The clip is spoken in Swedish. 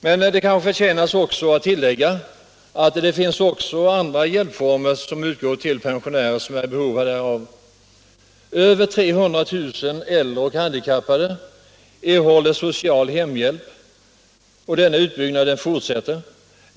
Men det kan också förtjäna tilläggas att det finns andra hjälpformer som utgår till pensionärer som är i behov därav. Över 300 000 äldre och handikappade människor erhåller social hemhjälp, och denna utbyggnad fortsätter.